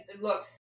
Look